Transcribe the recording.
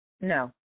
No